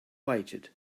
waited